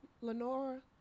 Lenora